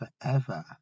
forever